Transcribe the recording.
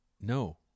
No